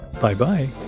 Bye-bye